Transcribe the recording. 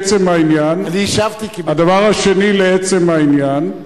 אני השבתי כי, הדבר השני, לעצם העניין,